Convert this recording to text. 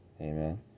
amen